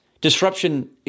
Disruption